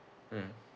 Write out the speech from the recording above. mm